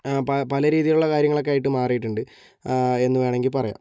പല രീതിയിലുള്ള കാര്യങ്ങളൊക്കെയായിട്ട് മാറിയിട്ടുണ്ട് എന്ന് വേണമെങ്കിൽ പറയാം